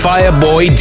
Fireboy